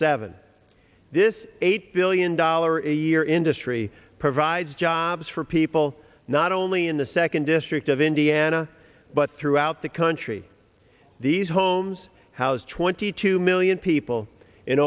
seven this eight billion dollars a year industry provides jobs for people not only in the second district of indiana but throughout the country these homes house twenty two million people in